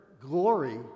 glory